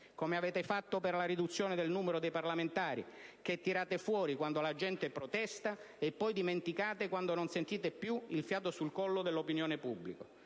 come avete fatto per la riduzione del numero dei parlamentari, che tirate fuori quando la gente protesta e poi dimenticate quando non sentite più il fiato sul collo dell'opinione pubblica.